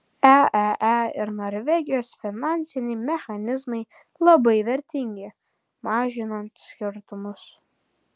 eee ir norvegijos finansiniai mechanizmai labai vertingi mažinant skirtumus